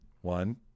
One